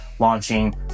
launching